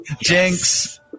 Jinx